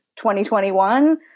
2021